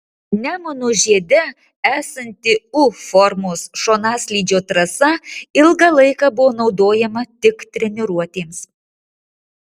nemuno žiede esanti u formos šonaslydžio trasa ilgą laiką buvo naudojama tik treniruotėms